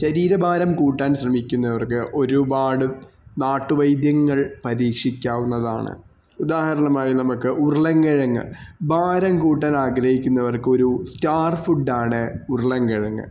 ശരീര ഭാരം കൂട്ടാൻ ശ്രമിക്കുന്നവർക്ക് ഒരുപാട് നാട്ട് വൈദ്യങ്ങൾ പരീക്ഷിക്കാവുന്നതാണ് ഉദാഹരണമായി നമുക്ക് ഉരുളൻ കിഴങ്ങ് ഭാരം കൂട്ടാനാഗ്രഹിക്കുന്നവർക്കൊരു സ്റ്റാർ ഫുഡാണ് ഉരുളൻ കിഴങ്ങ്